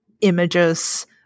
images